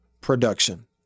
production